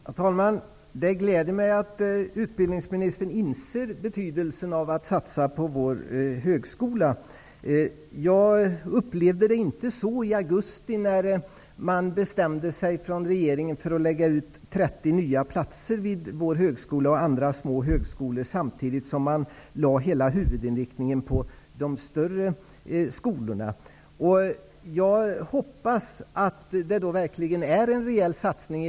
Herr talman! Det gläder mig att utbildningsministern inser betydelsen av att satsa på vår högskola. Jag upplevde det inte så i augusti, när regeringen beslutade att lägga ut 30 nya platser vid vår högskola och andra små högskolor, samtidigt som man lade huvudinriktningen på de större skolorna. Jag hoppas då att det förslag som kommer verkligen omfattar en rejäl satsning.